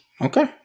Okay